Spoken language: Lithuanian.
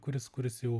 kuris kuris jau